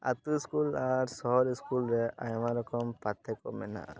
ᱟᱛᱳ ᱤᱥᱠᱩᱞ ᱟᱨ ᱥᱚᱦᱚᱨ ᱤᱥᱠᱩᱞ ᱨᱮ ᱟᱭᱢᱟ ᱨᱚᱠᱚᱢ ᱯᱟᱨᱛᱷᱚᱠᱚ ᱢᱮᱱᱟᱜᱼᱟ